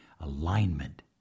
alignment